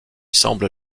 semble